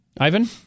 Ivan